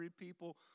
people